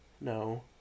No